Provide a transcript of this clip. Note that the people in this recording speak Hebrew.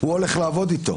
הוא הולך לעבוד איתו,